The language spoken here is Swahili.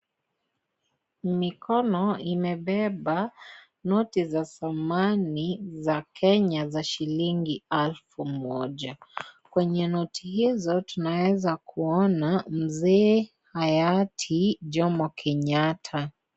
Mikono imebeba noti za zamani za Kenya za shilingi elfu moja. Kwenye noti hizo tunaweza kuona, Mzee hayati Jomo Kenyatta.